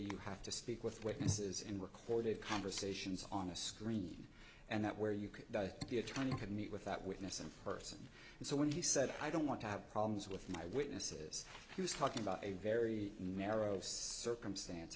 you have to speak with witnesses in recorded conversations on a screen and that where you can the attorney could meet with that witness and person and so when he said i don't want to have problems with my witnesses he was talking about a very narrow circumstance